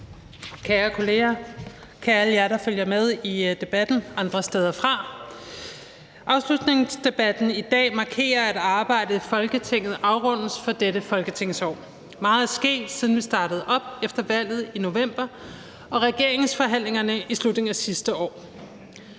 Kære kolleger, kære alle jer, der følger med i debatten andre steder fra, afslutningsdebatten i dag markerer, at arbejdet i Folketinget afrundes for dette folketingsår. Meget er sket, siden vi startede op efter valget i november og regeringshandlingerne i slutningen af sidste år.